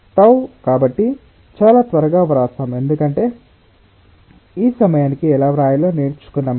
τ కాబట్టి చాలా త్వరగా వ్రాస్తాము ఎందుకంటే ఈ సమయానికి ఎలా రాయాలో నేర్చుకున్నాము